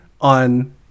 on